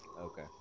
Okay